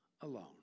alone